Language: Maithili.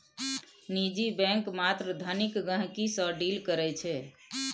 निजी बैंक मात्र धनिक गहिंकी सँ डील करै छै